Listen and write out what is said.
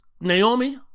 Naomi